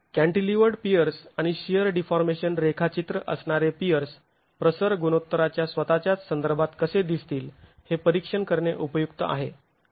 cantilevered piers आणि shear deformation रेखाचित्र असणारे पियर्स प्रसर गुणोत्तराच्या स्वतःच्याच संदर्भात कसे दिसतील हे परीक्षण करणे उपयुक्त आहे